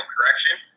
correction